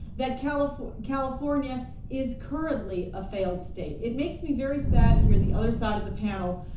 that california california is currently a failed state, it makes me very sad to hear the other side of the panel,